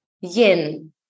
yin